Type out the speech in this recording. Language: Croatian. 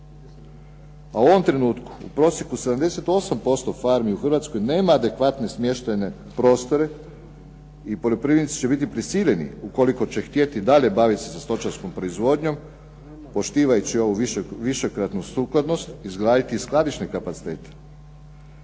a u ovom trenutku u prosjeku 78% farmi u Hrvatskoj nema adekvatne smještajne prostore i poljoprivrednici će biti prisiljeni ukoliko će htjeti dalje baviti se sa stočarskom proizvodnjom poštivajući ovu višekratnu sukladnost, izgraditi i skladišne kapacitete.